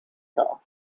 cart